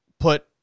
put